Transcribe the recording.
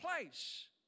place